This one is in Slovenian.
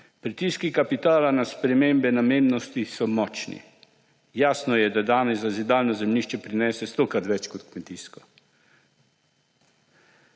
Pritiski kapitala na spremembe namembnosti so močni. Jasno je, da danes zazidano zemljišče prinese stokrat več kot kmetijsko.